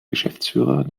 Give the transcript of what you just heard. geschäftsführer